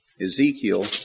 Ezekiel